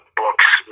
books